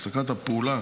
הפסקת הפעולה